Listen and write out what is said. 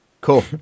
Cool